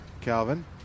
Calvin